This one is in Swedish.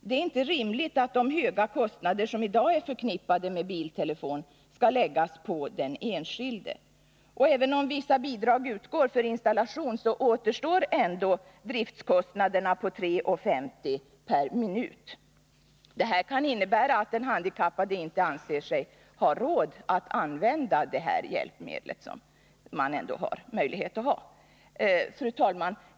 Det är inte rimligt att de höga kostnader som i dag är förknippade med biltelefon skall läggas på den enskilde. Och även om vissa bidrag utgår för installation, återstår driftkostnaderna på 3:50 kr. per minut. Detta kan innebära att den handikappade inte anser sig ha råd att använda hjälpmedlet. Fru talman!